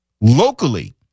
Locally